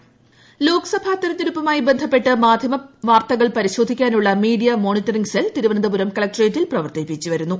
media cell Lok Sabha തെരഞ്ഞെടുപ്പുമായി ബന്ധപ്പെട്ട് മാദ്ധ്യമ വാർത്തകൾ പരിശോധിക്കാനുള്ള media monitoring cell Thiruvananthapuram കളക്ടറേറ്റിൽ പ്രവർത്തിപ്പിച്ചു വരുന്നു